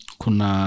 kuna